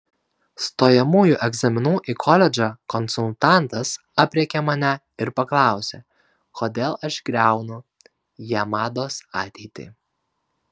stojamųjų egzaminų į koledžą konsultantas aprėkė mane ir paklausė kodėl aš griaunu jamados ateitį